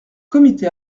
comité